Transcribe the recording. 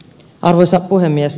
arvoisa puhemies